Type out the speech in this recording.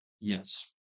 Yes